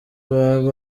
baba